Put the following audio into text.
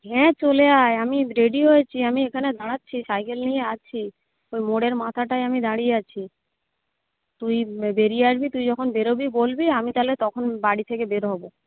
হ্যাঁ চলে আয় আমি রেডি হয়েছি আমি এখানে দাঁড়াচ্ছি সাইকেল নিয়ে আছি ওই মোড়ের মাথাটায় আমি দাঁড়িয়ে আছি তুই বেরিয়ে আসবি তুই যখন বেরোবি বলবি আমি তাহলে তখন বাড়ি থেকে বের হবো